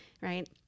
Right